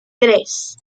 tres